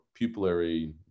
pupillary